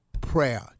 Prayer